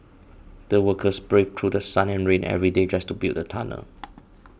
the workers braved through sun and rain every day just to build the tunnel